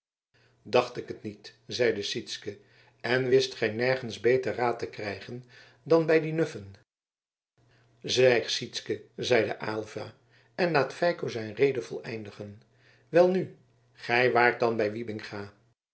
dacht ik het niet zeide sytsken en wist gij nergens beter raad te krijgen dan bij die nuffen zwijg sytsken zeide aylva en laat feiko zijn rede voleindigen welnu gij waart dan bij